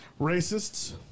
Racists